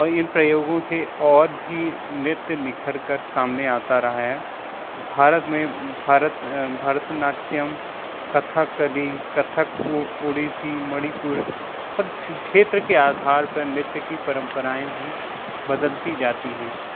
और इन प्रयोगों से और भी नृत्य निखर कर सामने आता रहा है भारत में भारत भरतनाट्यम कथकली कथक ओडिसी मणिपुर और क्षेत्र के आधार पर नृत्य की परम्पराएँ भी बदलती जाती हैं